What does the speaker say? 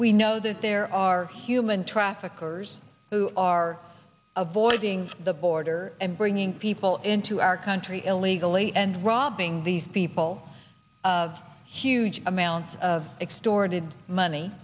we know that there are human traffickers who are avoiding the border and bringing people into our country illegally and robbing these people of huge amounts of extorted money